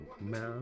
man